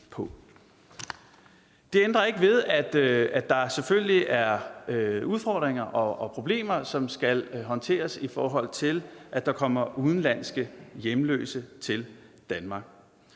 Det ændrer ikke på, at der selvfølgelig er udfordringer og problemer, som skal håndteres, altså at der kommer udenlandske hjemløse til Danmark.